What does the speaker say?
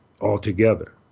altogether